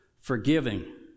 forgiving